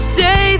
say